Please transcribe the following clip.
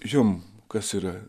jum kas yra